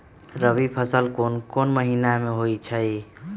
रबी फसल कोंन कोंन महिना में होइ छइ?